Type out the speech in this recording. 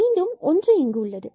மீண்டும் ஒன்று இங்கு உள்ளது